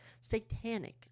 satanic